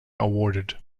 awarded